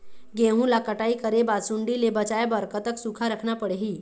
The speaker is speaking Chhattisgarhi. गेहूं ला कटाई करे बाद सुण्डी ले बचाए बर कतक सूखा रखना पड़ही?